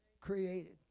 created